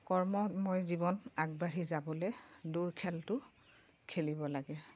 কৰ্মময় জীৱন আগবাঢ়ি যাবলৈ দৌৰ খেলটো খেলিব লাগে